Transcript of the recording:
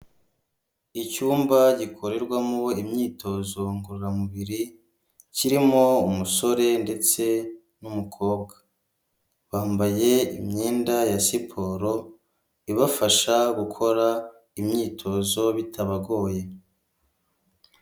Icyumba gikorerwamo imyitozo ngororamubiri kirimo umusore ndetse n'umukobwa, bambaye imyenda ya siporo ibafasha gukora imyitozo bitabagoye.